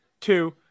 two